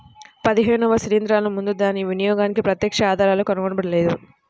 పదిహేనవ శిలీంద్రాలు ముందు దాని వినియోగానికి ప్రత్యక్ష ఆధారాలు కనుగొనబడలేదు